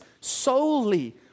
solely